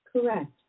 Correct